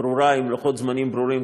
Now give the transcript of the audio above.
ברורה עם לוחות זמנים ברורים,